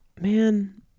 Man